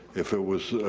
if it was,